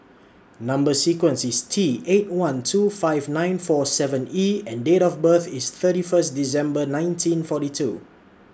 Number sequence IS T eight one two five nine four seven E and Date of birth IS thirty First December nineteen forty two